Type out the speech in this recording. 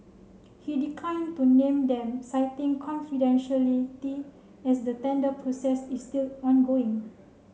he declined to name them citing confidentiality as the tender process is still ongoing